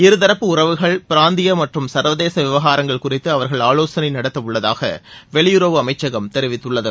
இருதரப்பு உறவுகள் பிராந்திய மற்றும் சர்வதேச விவகாரங்கள் குறித்து அவர்கள் ஆலோசனை நடத்தவுள்ளதாக வெளியுறவு அமைச்சகம் தெரிவித்துள்ளது